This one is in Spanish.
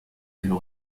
pero